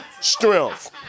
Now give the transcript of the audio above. strength